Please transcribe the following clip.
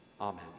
Amen